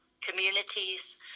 communities